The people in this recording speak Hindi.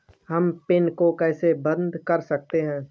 हम पिन को कैसे बंद कर सकते हैं?